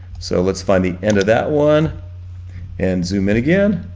so let's find the end of that one and zoom in again.